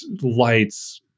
lights